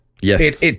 Yes